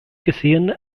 gesehen